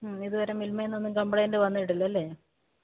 മ്മ് ഇതുവരെ മിൽമയിൽനിന്ന് ഒന്നും കംപ്ലൈന്റ്റ് വന്നിട്ടില്ല അലേ